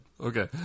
Okay